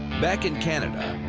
back in canada.